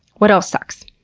what else sucks?